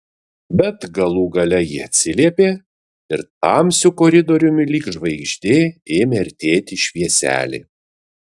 bet galų gale ji atsiliepė ir tamsiu koridoriumi lyg žvaigždė ėmė artėti švieselė